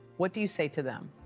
what do you say to them.